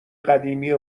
قدیمی